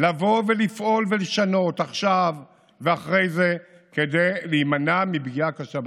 לבוא ולפעול ולשנות עכשיו ואחרי זה כדי להימנע מפגיעה קשה בציבור.